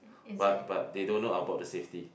but but they don't know about the safety